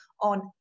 on